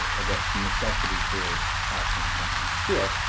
again, necessity creates action sometimes. sure.